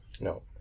no